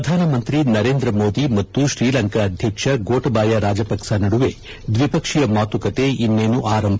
ಪ್ರಧಾನಮಂತ್ರಿ ನರೇಂದ್ರ ಮೋದಿ ಮತ್ತು ಶ್ರೀಲಂಕಾ ಅಧ್ಯಕ್ಷ ಗೋಟಬಾಯ ರಾಜಪಕ್ಷ ನಡುವೆ ದ್ವಿಪಕ್ಷೀಯ ಮಾತುಕತೆ ಇನ್ನೇನು ಆರಂಭ